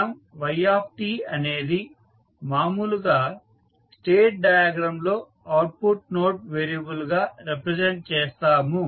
మనం y అనేది మాములుగా స్టేట్ డయాగ్రమ్ లో అవుట్పుట్ నోడ్ వేరియబుల్ గా రిప్రజెంట్ చేస్తాము